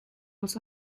was